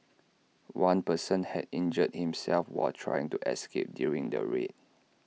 one person had injured himself while trying to escape during the raid